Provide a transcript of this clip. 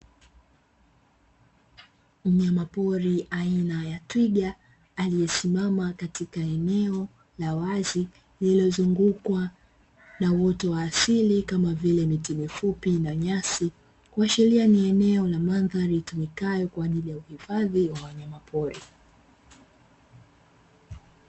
Mnyamapori aina ya twiga aliyesimama katika eneo la wazi lililozungukwa na uoto wa asili, kama vile miti mifupi na nyasi kuashiria ni eneo na mandhari tumekae kwa ajili ya uhifadhi wa wanyamapori.